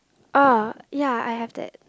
ah ya I have that